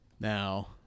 now